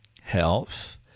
Health